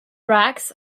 racks